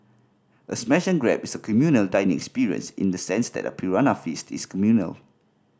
a smash and grab is a communal dining experience in the sense that a piranha feast is communal